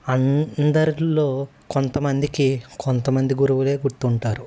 అందరిలో కొంతమందికి కొంతమంది గురువులే గుర్తుంటారు